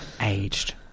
aged